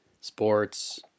sports